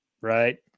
Right